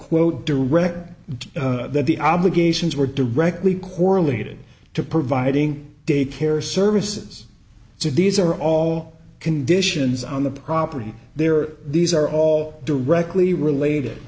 quote direct that the obligations were directly correlated to providing daycare services so these are all conditions on the property there these are all directly related